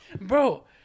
Bro